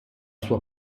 sua